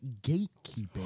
gatekeeping